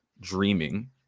dreaming